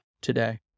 today